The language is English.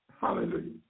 Hallelujah